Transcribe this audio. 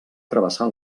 travessar